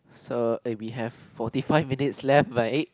so and we have forty five minutes left right